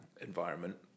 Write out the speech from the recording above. environment